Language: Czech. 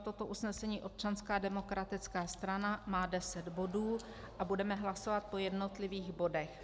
Toto usnesení předložila Občanská demokratická strana, má deset bodů a budeme hlasovat po jednotlivých bodech.